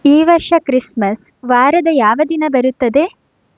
ಈ ವರ್ಷ ಕ್ರಿಸ್ಮಸ್ ವಾರದ ಯಾವ ದಿನ ಬರುತ್ತದೆ